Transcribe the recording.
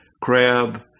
crab